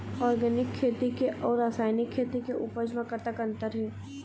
Organic खेती के अउ रासायनिक खेती के उपज म कतक अंतर हे?